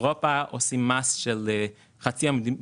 באירופה יש מדינות שאין בהן מס.